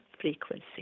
frequency